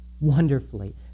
wonderfully